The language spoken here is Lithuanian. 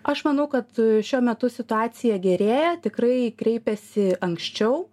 aš manau kad šiuo metu situacija gerėja tikrai kreipiasi anksčiau